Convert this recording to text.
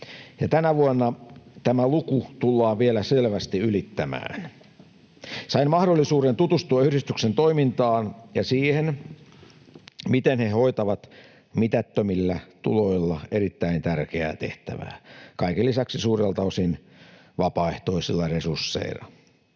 tänä vuonna tämä luku tullaan vielä selvästi ylittämään. Sain mahdollisuuden tutustua yhdistyksen toimintaan ja siihen, miten he hoitavat mitättömillä tuloilla erittäin tärkeää tehtävää, kaiken lisäksi suurelta osin vapaaehtoisilla resursseilla.